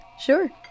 sure